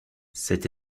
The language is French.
cette